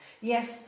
yes